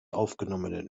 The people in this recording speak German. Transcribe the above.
aufgenommenen